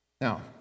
Now